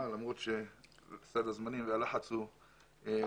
אף על פי שסד הזמנים והלחץ הוא מצומצם.